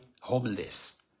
homeless